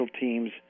teams